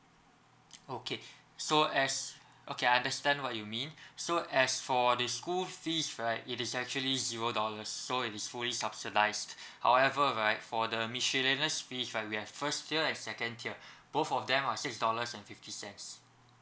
okay so as okay I understand what you mean so as for the school fees right it is actually zero dollars so it is fully subsidized however right for the miscellaneous fees uh we have first tier and second tier both of them are six dollars and fifty cents